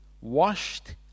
washed